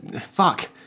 fuck